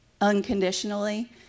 unconditionally